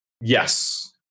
Yes